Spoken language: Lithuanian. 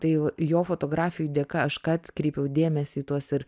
tai jo fotografijų dėka aš ką atkreipiau dėmesį į tuos ir